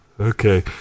okay